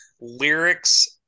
lyrics